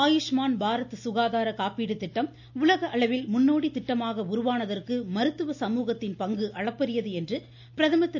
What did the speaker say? ஆயுஷ்மான் பாரத் சுகாதார காப்பீடு திட்டம் உலக அளவில் முன்னோடி திட்டமாக உருவானதற்கு மருத்துவ சமூகத்தின் பங்கு அளப்பரியது என்று பிரதமர் திரு